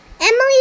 Emily